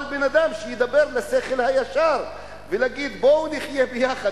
אבל בן-אדם שידבר לשכל הישר ויגיד: בואו נחיה ביחד,